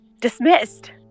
dismissed